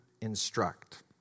instruct